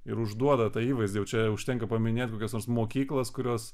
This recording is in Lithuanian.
ir užduoda tą įvaizdį jau čia užtenka paminėt kokias nors mokyklas kurios